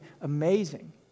amazing